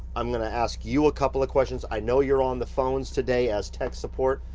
i'm gonna ask you a couple of questions. i know your on the phones today as text support,